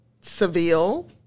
seville